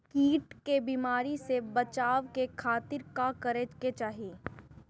कीट के बीमारी से बचाव के खातिर का करे के चाही?